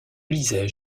lisais